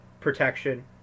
protection